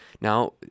Now